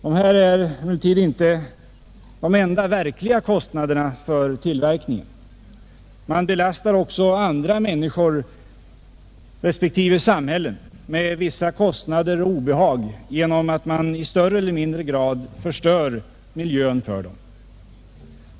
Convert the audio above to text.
Detta är emellertid inte de enda kostnaderna för tillverkning; man belastar också andra människor och samhällen med kostnader och obehag genom att man i högre eller lägre grad förstör miljön för dem.